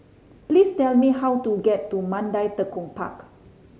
please tell me how to get to Mandai Tekong Park